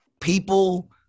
People